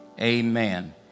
Amen